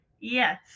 yes